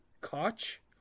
Koch